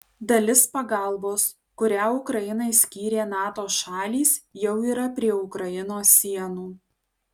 dalis pagalbos kurią ukrainai skyrė nato šalys jau yra prie ukrainos sienų